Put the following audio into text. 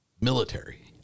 military